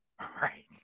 Right